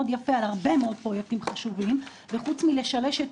יפה על הרבה מאוד פרויקטים חשובים וחוץ מלשלש את